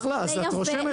אחלה, אז את רושמת